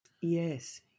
Yes